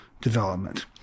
development